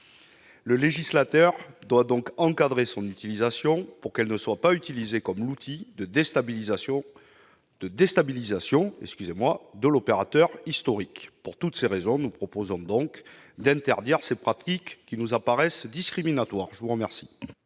Le législateur doit donc encadrer son utilisation pour qu'elle ne soit pas utilisée comme un outil de déstabilisation de l'opérateur historique. Pour toutes ces raisons, nous proposons d'interdire ces pratiques qui nous apparaissent discriminatoires. Quel